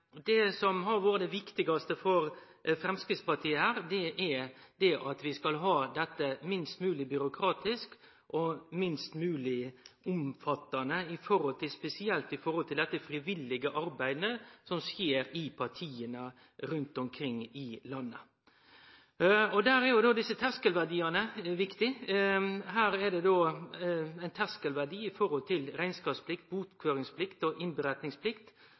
ordet. Det som har vore det viktigaste for Framstegspartiet, er at dette skal vere minst mogleg byråkratisk og minst mogleg omfattande, spesielt når det gjeld det frivillige arbeidet som skjer i partia rundt omkring i landet. Der er desse terskelverdiane viktige. Det er terskelverdiar i forhold til rekneskapsplikt, bokføringsplikt og